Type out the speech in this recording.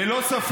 לא שלי.